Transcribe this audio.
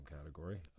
category